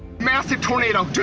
massive tornado!